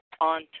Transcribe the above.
on